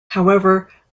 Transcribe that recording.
however